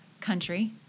country